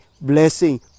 blessing